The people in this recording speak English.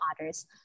others